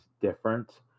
different